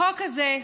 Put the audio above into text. החוק הזה,